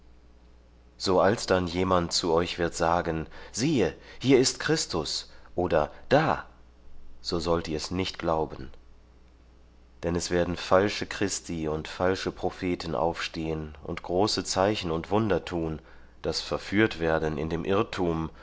so alsdann jemand zu euch wird sagen siehe hier ist christus oder da so sollt ihr's nicht glauben denn es werden falsche christi und falsche propheten aufstehen und große zeichen und wunder tun daß verführt werden in dem irrtum